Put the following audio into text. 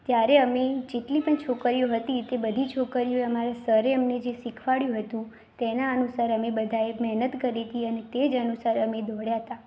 ત્યારે અમે જેટલી પણ છોકરીઓ હતી તે બધી છોકરીઓએ અમારા સરે અમને જે શીખવાડ્યું હતું તેના અનુસાર અમે બધાએ મેહનત કરી હતી અને તે જ અનુસાર અમે દોડ્યા હતા